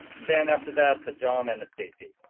then after that, the john and the stacey.